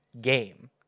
game